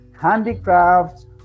handicrafts